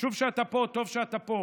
חשוב שאתה פה, טוב שאתה פה.